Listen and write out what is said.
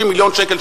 30 מיליון שקל,